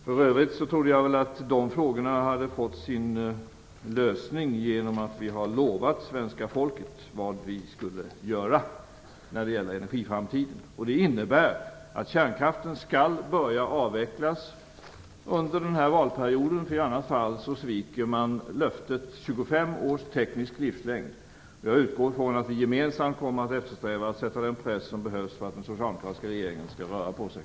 För övrigt trodde jag väl att de frågorna hade fått sin lösning genom att vi har lovat svenska folket vad vi skulle göra när det gäller energiframtiden. Det innebär att kärnkraften skall börja avvecklas under den här perioden, för i annat fall sviker man löftet om 25 års teknisk livslängd. Jag utgår ifrån att vi gemensamt kommer att eftersträva att sätta den press som behövs för att den socialdemokratiska regeringen skall röra på sig.